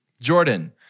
jordan